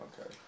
Okay